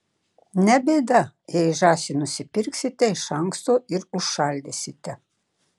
ne bėda jei žąsį nusipirksite iš anksto ir užšaldysite